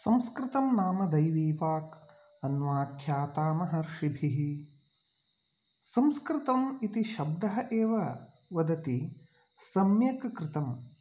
संस्कृतं नाम दैवीवक् अन्वाख्याता महर्षिभिः संस्कृतम् इति शब्दः एव वदति सम्यक् कृतम्